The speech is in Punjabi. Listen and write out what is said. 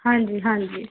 ਹਾਂਜੀ ਹਾਂਜੀ